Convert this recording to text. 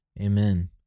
Amen